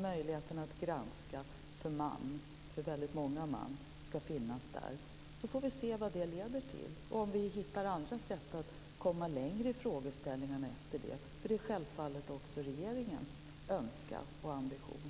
Möjligheten att granska för "man", för väldigt många "man", ska finnas där. Så får vi se vad det leder till och om vi hittar andra sätt att komma längre i frågeställningarna efter det. Det är självfallet också regeringens önskan och ambition.